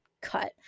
cut